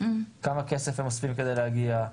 כמה כסף הם אוספים כדי להגיע,